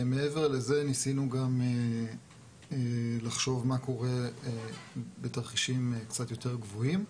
מעבר לזה ניסינו גם לחשוב מה קורה בתרחישים קצת יותר קבועים.